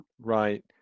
Right